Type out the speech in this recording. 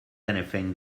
anything